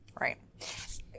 Right